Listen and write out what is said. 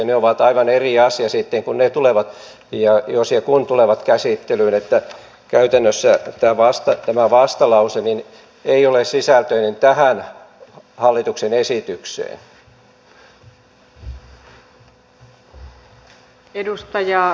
ne ovat aivan eri asia sitten jos ja kun ne tulevat käsittelyyn niin että käytännössä tämä vastalause ei sisällöltään liity tähän hallituksen esitykseen